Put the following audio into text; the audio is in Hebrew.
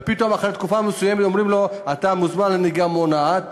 פתאום אחרי תקופה מסוימת אומרים לו: אתה מוזמן לקורס נהיגה מונעת,